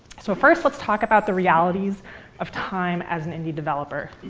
so first, let's talk about the realities of time as an indie developer.